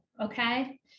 Okay